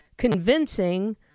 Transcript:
convincing